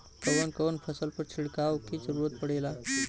कवन कवन फसल पर छिड़काव के जरूरत पड़ेला?